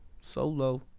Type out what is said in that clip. Solo